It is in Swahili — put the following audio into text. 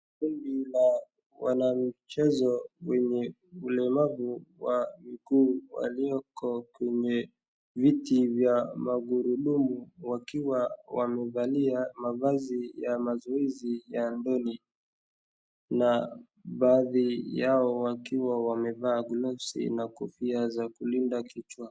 Kundi la wanamichezo wenye ulemavu wa miguu walioko kwenye viti vya magurundumu, wakiwa wamevalia mavazi ya mazoezi ya boli, na baadhi yao wakiwa wamevalia gloves na kofia za kulinda kichwa.